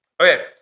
Okay